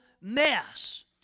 mess